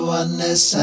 oneness